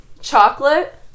chocolate